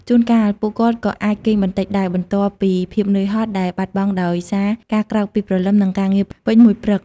ជួនកាល ពួកគាត់ក៏អាចគេងបន្តិចដែរ បន្ទាប់ពីភាពនឿយហត់ដែលបាត់បង់ដោយសារការក្រោកពីព្រលឹម និងការងារពេញមួយព្រឹក។